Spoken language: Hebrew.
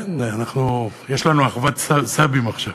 כן, יש לנו אחוות סבים עכשיו.